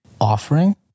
offering